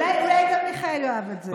אולי גם מיכאל יאהב את זה.